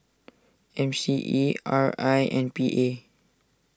M C E R I and P A